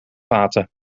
vaten